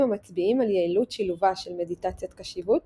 המצביעים על יעילות שילובה של מדיטציית קשיבות